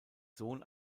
sohn